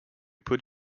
put